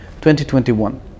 2021